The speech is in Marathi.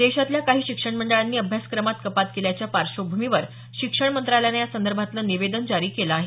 देशातल्या काही शिक्षणमंडळांनी अभ्यासक्रमात कपात केल्याच्या पार्श्वभूमीवर शिक्षणमंत्रालयानं यासंदर्भातलं निवेदन जारी केलं आहे